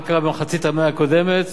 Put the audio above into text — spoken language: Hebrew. מה קרה במחצית המאה הקודמת